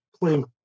claim